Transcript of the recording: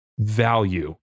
value